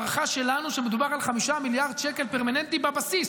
ההערכה שלנו היא שמדובר על 5 מיליארד שקל פרמננטי בבסיס,